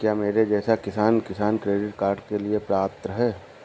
क्या मेरे जैसा किसान किसान क्रेडिट कार्ड के लिए पात्र है?